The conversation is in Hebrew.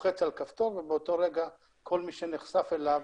לוחץ על כפתור, ובאותו רגע כל מי שנחשף אליו